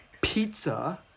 pizza